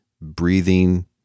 breathing